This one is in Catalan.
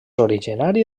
originari